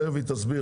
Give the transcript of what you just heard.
תכף היא תסביר,